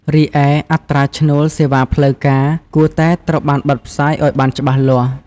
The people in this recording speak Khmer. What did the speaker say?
រីឯ អត្រាឈ្នួលសេវាផ្លូវការ គួរតែត្រូវបានបិទផ្សាយឱ្យបានច្បាស់លាស់។